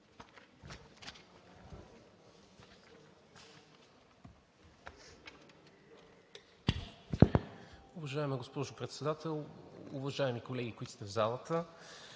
Уважаема госпожо Председател, уважаеми колеги, които сте в залата!